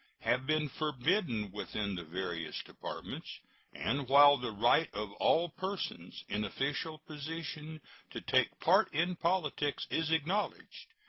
have been forbidden within the various departments and while the right of all persons in official position to take part in politics is acknowledged,